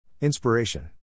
Inspiration